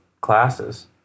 classes